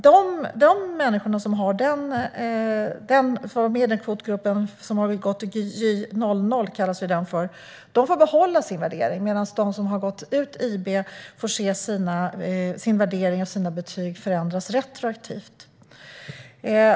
Dessa, i den kvotgrupp som kallas Gy 00, får behålla sin värdering medan de som har gått ut IB får se sin värdering och sina betyg förändras retroaktivt.